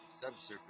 subsurface